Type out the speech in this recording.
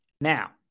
now